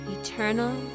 eternal